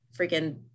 freaking